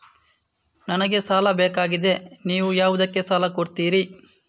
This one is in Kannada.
ನನಗೆ ಸಾಲ ಬೇಕಾಗಿದೆ, ನೀವು ಯಾವುದಕ್ಕೆ ಸಾಲ ಕೊಡ್ತೀರಿ?